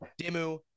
Dimu